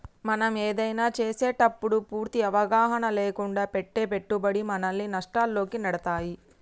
మనం ఏదైనా చేసేటప్పుడు పూర్తి అవగాహన లేకుండా పెట్టే పెట్టుబడి మనల్ని నష్టాల్లోకి నెడతాయి